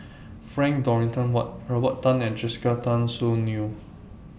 Frank Dorrington Ward Robert Tan and Jessica Tan Soon Neo